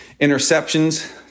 Interceptions